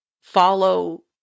Follow